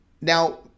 Now